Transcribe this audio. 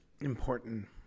important